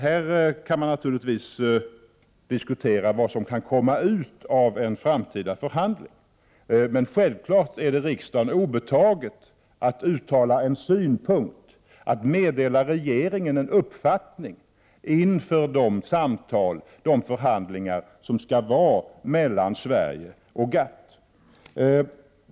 Man kan naturligtvis diskutera vad som kan komma ut av en framtida förhandling, men självfallet är det riksdagen obetaget att uttala en synpunkt, att meddela regeringen en uppfattning inför de samtal eller förhandlingar som skall förekomma mellan Sverige och GATT.